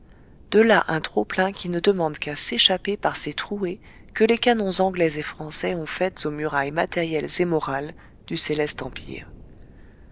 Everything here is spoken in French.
de là un trop-plein qui ne demande qu'à s'échapper par ces trouées que les canons anglais et français ont faites aux murailles matérielles et morales du céleste empire